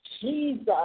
Jesus